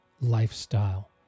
lifestyle